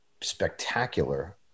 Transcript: spectacular